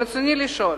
רצוני לשאול: